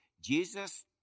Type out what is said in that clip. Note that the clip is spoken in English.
Jesus